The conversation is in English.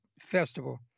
festival